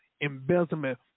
embezzlement